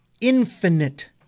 infinite